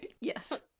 Yes